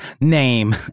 name